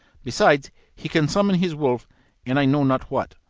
besides, he can summon his wolf and i know not what.